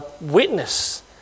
witness